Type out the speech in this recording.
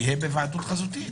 יהיה בהיוועדות חזותית,